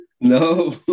No